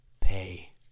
pay